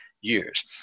years